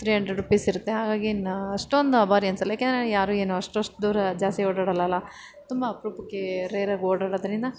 three hundred rupees ಇರುತ್ತೆ ಹಾಗಾಗಿ ಏನು ಅಷ್ಟೊಂದು ಆಭಾರಿ ಅನ್ನಿಸಲ್ಲ ಏಕೆಂದರೆ ಯಾರೂ ಏನು ಅಷ್ಟಷ್ಟು ದೂರ ಜಾಸ್ತಿ ಓಡಾಡಲ್ಲ ಅಲ ತುಂಬ ಅಪರೂಪಕ್ಕೆ ರೇರಾಗಿ ಓಡಾಡೋದರಿಂದ